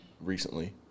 recently